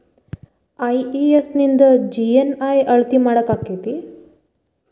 IES ನಿಂದ GNI ಅಳತಿ ಮಾಡಾಕಕ್ಕೆತಿ?